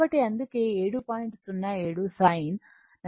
07 sin40t45o వచ్చింది